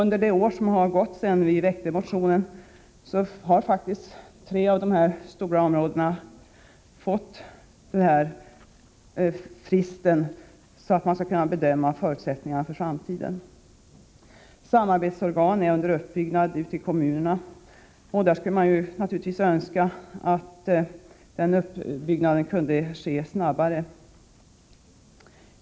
Under det år som gått sedan vi väckte motionen har faktiskt tre av de stora områden det gäller fått en frist som möjliggör en bedömning av förutsättningarna för framtiden. Samarbetsorgan är under uppbyggnad i kommunerna. Man skulle naturligtvis önska att den uppbyggnaden kunde ske snabbare.